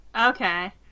Okay